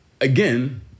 Again